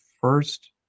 first